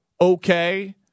okay